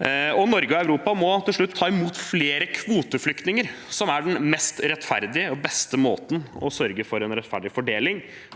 Norge og Europa må ta imot flere kvoteflyktninger, som er den mest rettferdige og beste måten å sørge for en rettferdig byrdefordeling